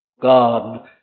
God